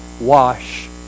wash